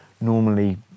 Normally